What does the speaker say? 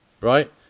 Right